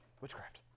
Witchcraft